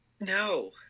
No